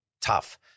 tough